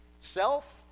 Self